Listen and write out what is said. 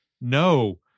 no